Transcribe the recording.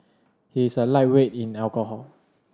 he is a lightweight in alcohol